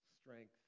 strength